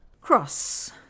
Cross